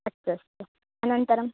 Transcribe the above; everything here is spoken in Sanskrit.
अस्तु अस्तु अनन्तरम्